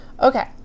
Okay